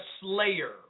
slayer